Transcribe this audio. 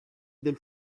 del